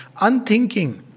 Unthinking